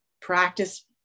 practice